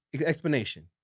Explanation